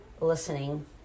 listening